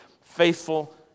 Faithful